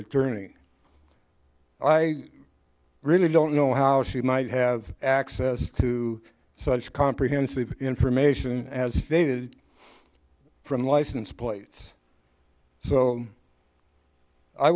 attorney i really don't know how she might have access to such comprehensive information as they did from license plates so i